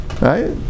right